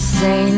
say